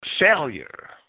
failure